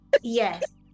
Yes